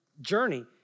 journey